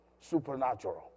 supernatural